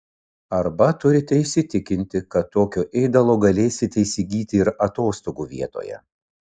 arba turite įsitikinti kad tokio ėdalo galėsite įsigyti ir atostogų vietoje